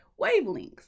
wavelengths